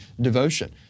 devotion